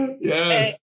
Yes